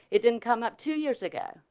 it didn't come up two years ago.